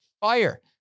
fire